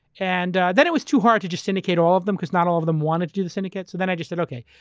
and then it was too hard to just syndicate all of them because not all of them wanted to do the syndicates, then i just said okay,